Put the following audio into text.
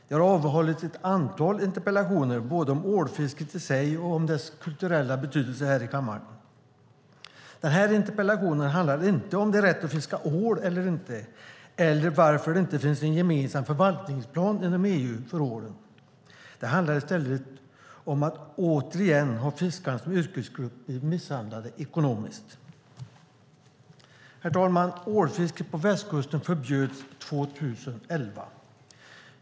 Det har avhållits ett antal interpellationsdebatter här i kammaren, både om ålfisket i sig och om dess kulturella betydelse. Den här interpellationen handlar dock inte om huruvida det är rätt att fiska ål eller inte eller varför det inte finns en gemensam förvaltningsplan inom EU för ålen. Interpellationen handlar i stället om att fiskarna som yrkesgrupp återigen har blivit misshandlade ekonomiskt. Herr talman! Ålfisket på västkusten förbjöds 2011.